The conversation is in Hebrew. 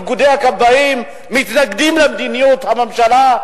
שגם איגודי הכבאים מתנגדים למדיניות הממשלה.